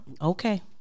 Okay